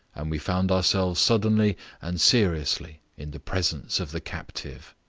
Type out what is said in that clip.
and we found ourselves suddenly and seriously in the presence of the captive.